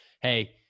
hey